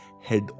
head